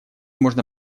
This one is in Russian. можно